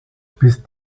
bis